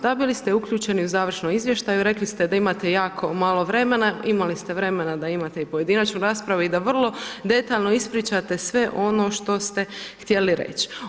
Da, bili ste uključeni u završnom izvještaju, rekli ste da imate jako malo vremena, imali ste vremena da imate i pojedinačnu raspravu i da vrlo detaljno ispričate sve ono što ste htjeli reć.